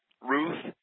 Ruth